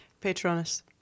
Patronus